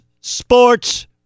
Sports